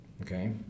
okay